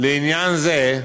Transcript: לעניין זה,